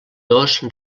dos